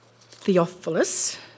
Theophilus